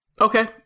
Okay